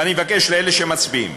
ואני מבקש מאלה שמצביעים,